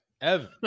Evan